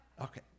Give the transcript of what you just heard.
Okay